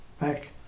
back